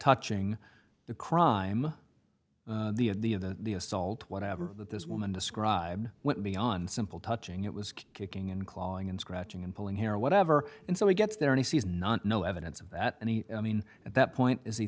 touching the crime the in the in the the assault whatever that this woman described went beyond simple touching it was kicking and clawing and scratching and pulling hair or whatever and so he gets there any sees not no evidence of that any i mean at that point is he